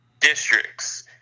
districts